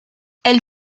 elle